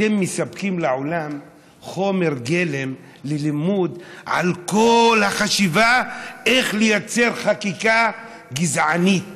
אתם מספקים לעולם חומר גלם ללימוד על כל החשיבה איך לייצר חקיקה גזענית.